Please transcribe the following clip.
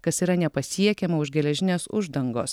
kas yra nepasiekiama už geležinės uždangos